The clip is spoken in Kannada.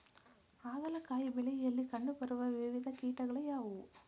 ಹಾಗಲಕಾಯಿ ಬೆಳೆಯಲ್ಲಿ ಕಂಡು ಬರುವ ವಿವಿಧ ಕೀಟಗಳು ಯಾವುವು?